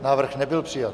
Návrh nebyl přijat.